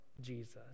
Jesus